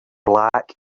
black